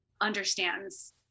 understands